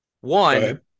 One